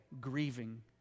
grieving